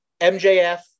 MJF